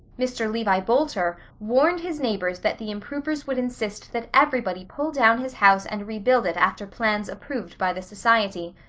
mr. levi boulter warned his neighbors that the improvers would insist that everybody pull down his house and rebuild it after plans approved by the society.